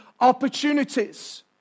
opportunities